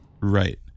Right